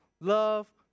love